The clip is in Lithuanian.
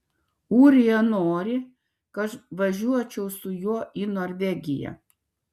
ūrija nori kad važiuočiau su juo į norvegiją